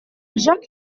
joc